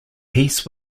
peace